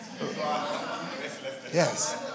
Yes